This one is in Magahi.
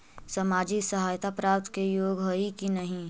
सामाजिक सहायता प्राप्त के योग्य हई कि नहीं?